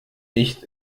nicht